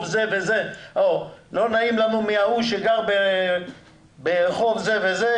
זה וזה או לא נעים להם מההוא שגר ברחוב זה וזה,